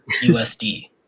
USD